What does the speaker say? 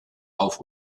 auf